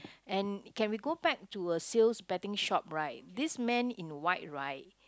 and can we go back to a sales betting shop right this man in white right